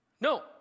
No